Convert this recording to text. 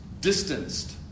distanced